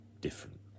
different